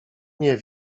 nie